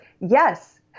Yes